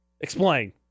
explain